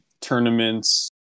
tournaments